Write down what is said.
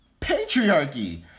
Patriarchy